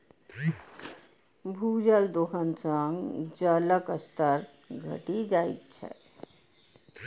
भूजल दोहन सं जलक स्तर घटि जाइत छै